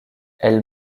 elle